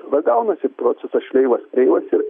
tada gaunasi procesas šleivas kreivas ir